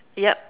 yup